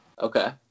Okay